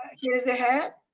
here's the head.